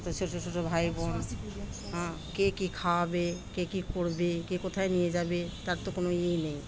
তো ছোটো ছোটো ভাইবোন কে কী খাওয়াবে কে কী করবে কে কোথায় নিয়ে যাবে তার তো কোনো ইয়ে নেই